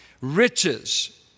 Riches